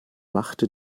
machte